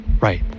right